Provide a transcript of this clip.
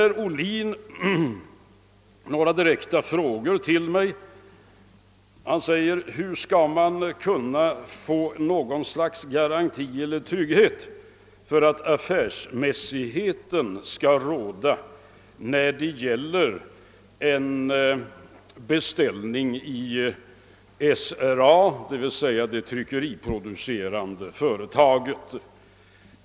Herr Ohlin ställde några direkta frågor till mig. Han undrade hur man skulle kunna få någon slags garanti eller trygghet för att det blir affärsmässigheten som kommer att råda om en beställning läggs ut hos SRA, d.v.s. det tryckalsterproducerande företaget.